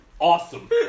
awesome